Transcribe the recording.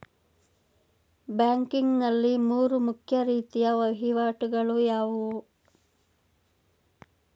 Banking ನಲ್ಲಿ ಮೂರು ಮುಖ್ಯ ರೀತಿಯ ವಹಿವಾಟುಗಳು ಯಾವುವು?